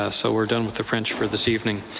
ah so we're done with the french for this evening.